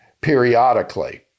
periodically